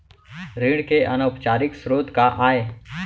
ऋण के अनौपचारिक स्रोत का आय?